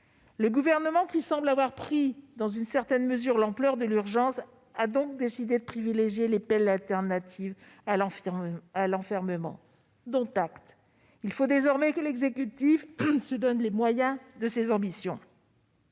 Le Gouvernement, qui semble avoir pris la mesure de l'urgence, a décidé de privilégier les peines alternatives à l'enfermement. Dont acte ! Il faut désormais que l'exécutif se donne les moyens de ses ambitions.